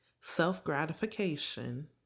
self-gratification